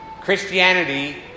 Christianity